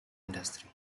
industry